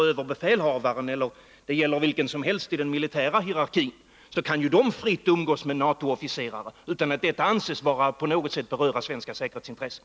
Överbefälhavaren — eller vem som helst i den militära hierarkin — kan ju fritt umgås med NATO-officerare utan att detta anses på något sätt beröra svenska säkerhetsintressen.